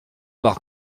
par